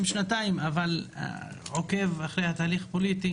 שנתיים אבל עוקב אחרי התהליך הפוליטי